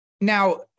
Now